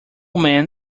man